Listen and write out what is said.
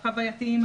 החווייתיים,